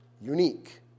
unique